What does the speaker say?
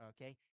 okay